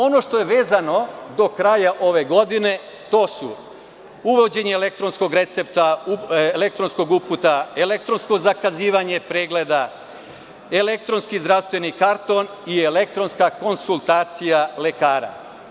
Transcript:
Ono što je vezano do kraja ove godine to su uvođenje elektronskog recepta, elektronskog uputa, elektronsko zakazivanje pregleda, elektronski zdravstveni karton i elektronska konsultacija lekara.